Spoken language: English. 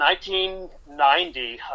1990